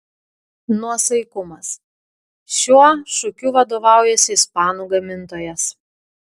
nuosaikumas šiuo šūkiu vadovaujasi ispanų gamintojas